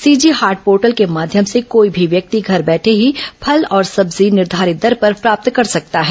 CG Haat portal के माध्यम से कोई भी व्यक्ति घर बैठे ही फल और सब्जी निर्धारित दर पर प्राप्त कर सकता है